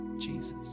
Jesus